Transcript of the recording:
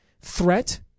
threat